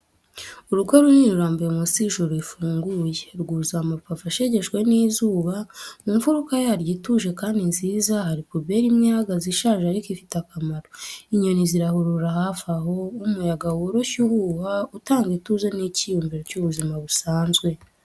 Urugo runini rurambuye munsi y’ijuru rifunguye, rwuzuye amapave ashegeshwe n’izuba. Mu mfuruka yaryo ituje kandi nziza, hari puberi imwe ihagaze—ishaje ariko ifite akamaro. Inyoni zirahurura hafi aho, umuyaga woroshye uhuha, utanga ituze n’icyiyumviro cy’ubuzima busanzwe.